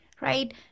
right